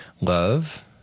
love